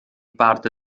parte